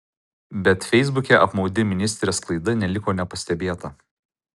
bet feisbuke apmaudi ministrės klaida neliko nepastebėta